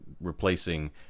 replacing